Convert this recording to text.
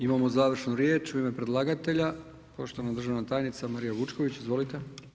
Imamo završnu riječ u ime predlagatelja, poštovana državna tajnica Marija Vučković, izvolite.